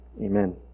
amen